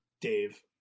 Dave